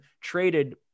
traded